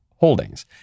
holdings